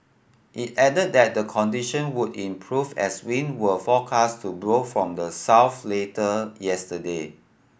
it added that the condition would improve as wind were forecast to blow from the south later yesterday